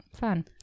Fun